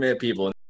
people